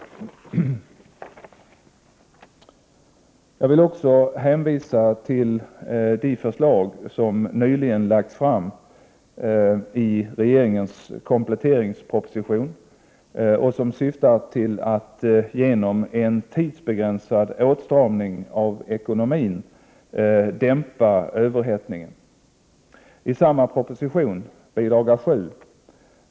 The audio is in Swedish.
Jag vill också hänvisa till de förslag som nyligen lagts fram i regeringens kompletteringsproposition och som syftar till att genom en tidsbegränsad åtstramning av ekonomin dämpa överhettningen. I samma proposition (bil.